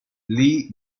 lee